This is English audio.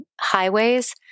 highways